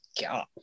God